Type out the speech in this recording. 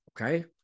Okay